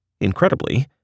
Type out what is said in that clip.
Incredibly